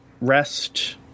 Rest